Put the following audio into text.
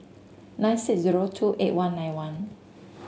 nine six zero two eight one nine one